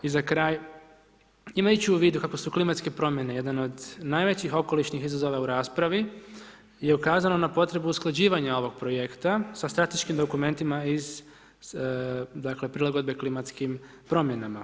I za kraj, imajući u vidu kako su klimatske promjene jedan od najvećih okolišnih izazova u raspravi, je ukazano na potrebu usklađivanja ovog projekta sa strateškim dokumentima iz, dakle prilagodbe klimatskim promjenama.